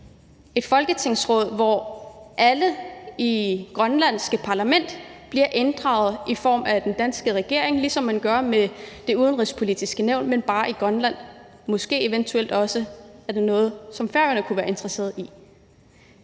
et folketingsråd, hvor alle i det grønlandske parlament bliver inddraget af den danske regering, ligesom man gør med Det Udenrigspolitiske Nævn, men bare i Grønland, og det er måske også noget, som Færøerne kunne være interesserede i.